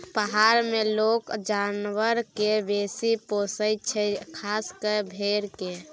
पहार मे लोक जानबर केँ बेसी पोसय छै खास कय भेड़ा केँ